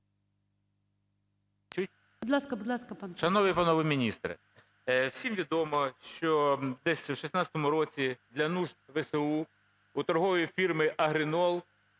Шановний панове міністре, всім відомо, що десь в 16-му році для нужд ВСУ у торгової фірми "Агрінол",